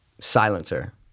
Silencer